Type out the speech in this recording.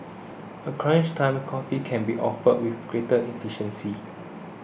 a crunch time coffee can be offered with greater efficiency